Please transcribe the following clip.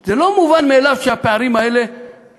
זה לא מובן מאליו שהפערים האלה,